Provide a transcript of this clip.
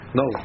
no